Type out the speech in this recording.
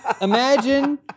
imagine